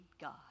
God